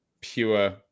pure